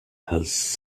has